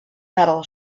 metal